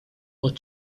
but